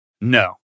No